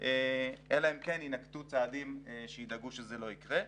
אלא אם כן ינקטו צעדים שידאגו שזה לא יקרה.